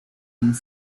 hun